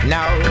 Now